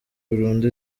burundi